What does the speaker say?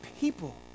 people